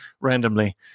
randomly